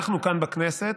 אנחנו כאן, בכנסת,